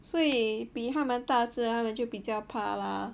所以比他们大只他们就比较怕 lah